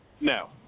No